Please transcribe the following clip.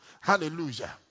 Hallelujah